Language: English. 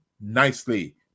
nicely